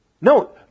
No